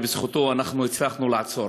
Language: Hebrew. ובזכותו אנחנו הצלחנו לעצור.